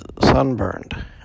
sunburned